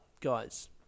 guys